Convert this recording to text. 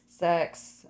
Sex